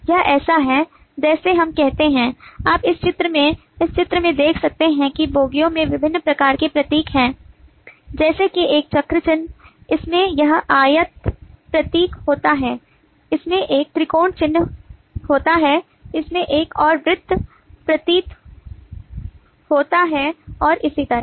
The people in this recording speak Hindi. यह ऐसा है जैसे हम कहते हैं आप इस चित्र में इस चित्र में देख सकते हैं कि बोगियों में विभिन्न प्रकार के प्रतीक हैं जैसे कि एक चक्र चिन्ह इसमें एक आयत प्रतीक होता है इसमें एक त्रिकोण चिन्ह होता है इसमें एक और वृत्त प्रतीक होता है और इसी तरह